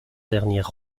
dernière